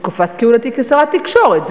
בתקופת כהונתי כשרת תקשורת,